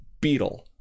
Beetle